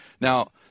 Now